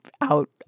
out